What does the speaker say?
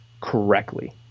correctly